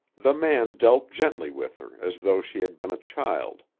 the man dealt gently with her as though she had been a child.